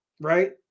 right